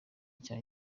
nshya